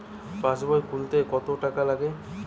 পাশবই খুলতে কতো টাকা লাগে?